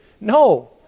No